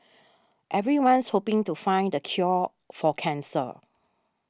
everyone's hoping to find the cure for cancer